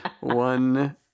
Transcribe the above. One